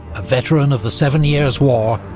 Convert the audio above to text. a veteran of the seven years' war,